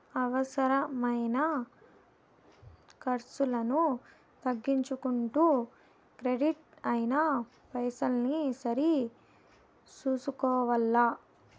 అవసరమైన కర్సులను తగ్గించుకుంటూ కెడిట్ అయిన పైసల్ని సరి సూసుకోవల్ల